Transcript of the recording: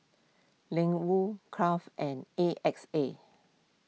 Ling Wu Crave and A X A